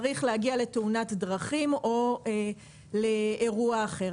צריך להגיע לתאונת דרכים או לאירוע אחר.